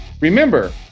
Remember